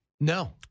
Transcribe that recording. No